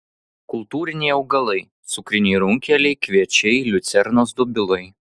kultūriniai augalai cukriniai runkeliai kviečiai liucernos dobilai